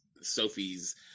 Sophie's